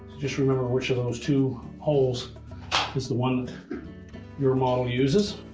just remember which of those two holes is the one your model uses.